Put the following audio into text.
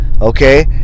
Okay